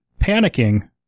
panicking